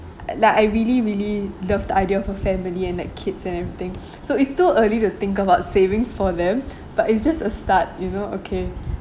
like I really really love the idea of a family and like kids and everything so it's too early to think about saving for them but it's just a start you know okay